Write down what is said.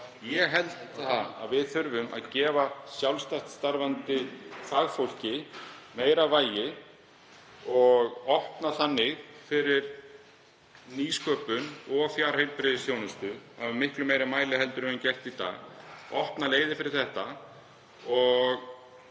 Ég held að við þurfum að gefa sjálfstætt starfandi fagfólki meira vægi og opna þannig fyrir nýsköpun og fjarheilbrigðisþjónustu í miklu meira mæli en við höfum gert í dag, opna leiðir fyrir þetta og